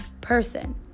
person